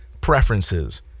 preferences